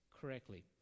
correctly